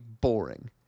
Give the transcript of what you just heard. boring